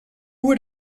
would